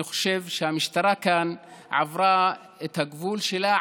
אני חושב שהמשטרה כאן עברה את הגבול שלה,